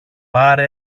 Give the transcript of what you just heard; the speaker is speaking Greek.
πάρε